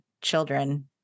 children